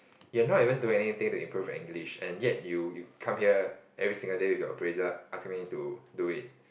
you are not even do anything to improve your English and yet you you come here every single day with you appraisal ask me to do it